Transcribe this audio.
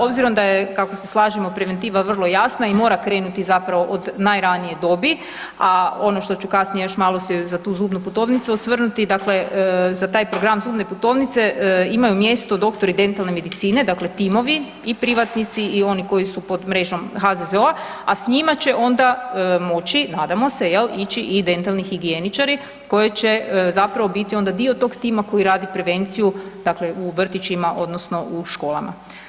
Obzirom da je kako se slažemo preventiva vrlo jasna i mora krenuti zapravo od najranije dobi, a ono što ću kasnije još malo se za tu zubnu putovnicu osvrnuti, dakle za taj program zubne putovnice imaju mjesto doktori dentalne medicine, dakle timovi i privatnici i oni koji su pod mrežom HZZO-a, a s njima će onda moći nadamo se jel ići i dentalni higijeničari koji će zapravo biti onda dio tog tima koji radi prevenciju dakle u vrtićima odnosno u školama.